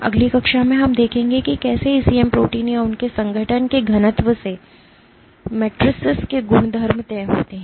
अगली कक्षा में हम देखेंगे कि कैसे ECM प्रोटीन या उनके संगठन के घनत्व से मेट्रिसेस के गुणधर्म तय होते हैं